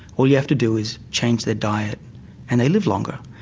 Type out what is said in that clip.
all you have to do is change their diet and they live longer.